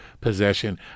possession